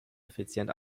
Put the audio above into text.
effizient